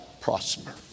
prosper